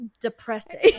depressing